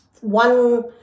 one